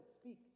speak